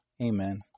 Amen